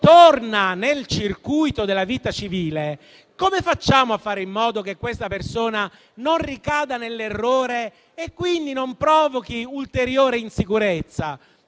torna nel circuito della vita civile, come facciamo a fare in modo che questa persona non ricada nell'errore e non provochi ulteriore insicurezza?